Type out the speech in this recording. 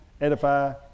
edify